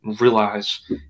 realize